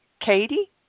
Katie